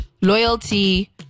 loyalty